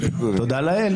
תודה לאל.